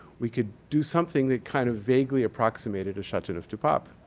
we could do something that kind of vaguely approximated a chateauneuf du pape.